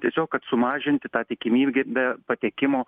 tiesiog kad sumažinti tą tikimybę patekimo